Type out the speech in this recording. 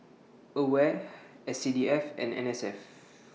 AWARE S C D F and N S F